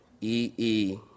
E-E